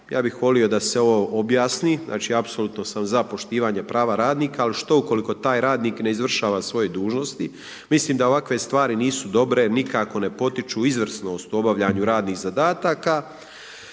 Ja bih volio da se ovo objasni, znači apsolutno sam za poštivanje prava radnika, ali što u koliko taj radnik ne izvršava svoje dužnosti? Mislim da ovakve stvari nisu dobro, nikako ne potiču izvrsnost u obavljanju radnih zadataka.